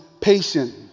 patient